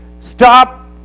stop